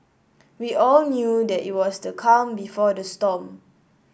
we all knew that it was the calm before the storm